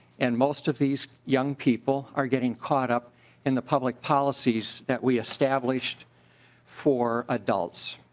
and most of these young people are getting caught up in the public policies that we established for adults.